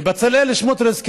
ובצלאל סמוטריץ,